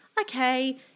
okay